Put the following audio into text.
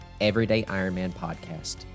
everydayironmanpodcast